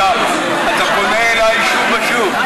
אתה פונה אליי שוב ושוב,